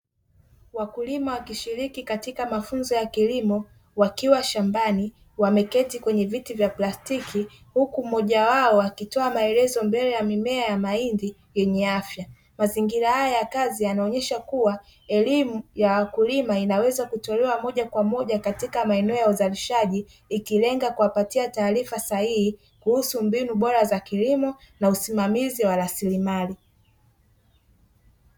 Wakulima wakishiriki katika mafunzo ya kilimo wakiwa shambani wameketi kwenye viti vya plastiki huku mmoja wao akitoa maelezo mbele ya mimea ya mahindi yenye afya. Mazingira haya ya kazi yanaonyesha kuwa elimu ya wakulima inaweza kutolewa moja kwa moja, katika maeneo ya uzalishaji ikilenga kuwapatia taarifa sahihi kuhusu kutoa mbinu bora za kilimo na usimamizi wa rasilimali.